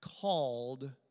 called